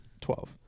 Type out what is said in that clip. Twelve